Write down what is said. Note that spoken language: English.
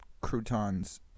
croutons